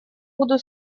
буду